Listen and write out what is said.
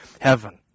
heaven